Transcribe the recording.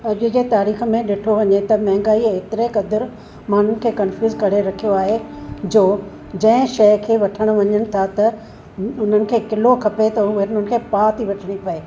अॼु जे तारीख़ में ॾिठो वञे त महांगाईअ एतिरे क़दुरु माण्हूनि खे कनफ्यूज़ करे रखियो आहे जो जंहिं शइ खे वठणु वञनि था त उन्हनि खे किलो खपे त उहो उननि खे पाव थी वठणी पए